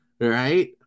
right